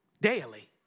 daily